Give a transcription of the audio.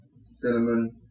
cinnamon